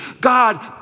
God